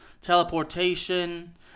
teleportation